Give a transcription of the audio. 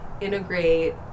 integrate